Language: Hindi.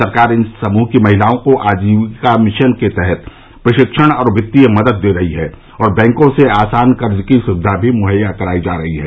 सरकार इन समूह की महिलाओं को आजीविका मिशन के तहत प्रशिक्षण और वित्तीय मदद दे रही है और बैंकों से आसान कर्ज़ की सुविधा भी मुहैया कराई जा रही है